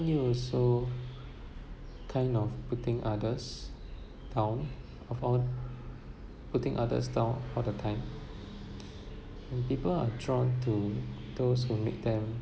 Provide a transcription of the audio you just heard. currently also kind of putting others down of all putting others down all the time and people are drawn to those who make them